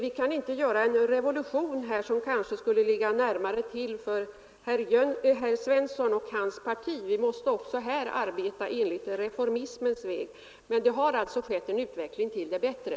Vi kan inte här göra en revolution, som kanske skulle ligga närmare till för herr Svensson i Malmö och hans parti. Även i detta arbete måste vi följa reformismens väg. Men det har alltså skett en utveckling till det bättre.